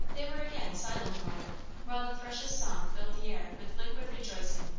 they were again silent a moment, while the thrush's song filled the air with liquid rejoicing.